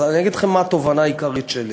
אז אני אגיד לכם מה התובנה העיקרית שלי: